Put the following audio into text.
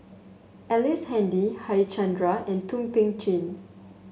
Ellice Handy Harichandra and Thum Ping Tjin